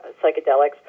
psychedelics